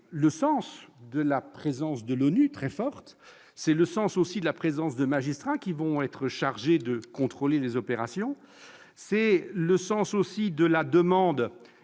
le sens de la présence très forte de l'ONU ; c'est le sens également de la présence de magistrats, qui vont être chargés de contrôler les opérations ; c'est le sens aussi de la demande